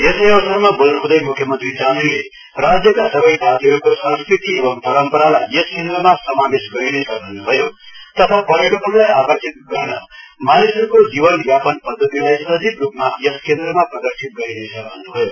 यसै अवसरमा बोल्नु हुँदै मुख्यमन्त्री चामलिङले राज्यका सबै जातिहरूको संस्कृति एवं परम्परालाई यस केन्द्रमा समावेश गरिनेछ भन्न् भयो तथा पर्यटकहरूलाई आकर्षित गराउन मानिसहरूको जीवन यापन पद्धतिलाई सजीव रूपमा यस केन्द्रमा प्रदेशित गरिनेछ भन्न्भयो